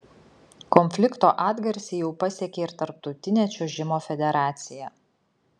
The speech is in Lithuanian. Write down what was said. konflikto atgarsiai jau pasiekė ir tarptautinę čiuožimo federaciją